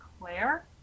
Claire